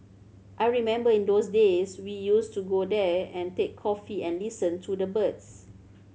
I remember in those days we used to go there and take coffee and listen to the birds